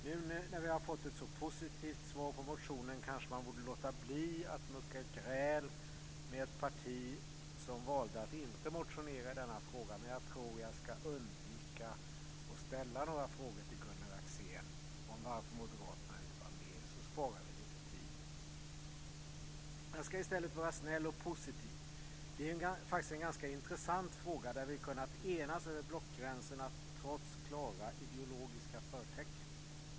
Nu när vi har fått ett så positivt svar på motionen kanske man borde låta bli att mucka gräl med ett parti som valde att inte motionera i denna fråga, men jag tror att jag ska undvika att ställa några frågor till Gunnar Axén om varför Moderaterna inte var med - så sparar vi lite tid. Jag ska i stället vara snäll och positiv. Detta är ju faktiskt en ganska intressant fråga där vi har kunnat enas över blockgränserna - trots klara ideologiska förtecken.